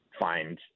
find